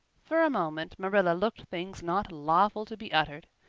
for a moment marilla looked things not lawful to be uttered.